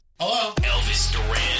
Hello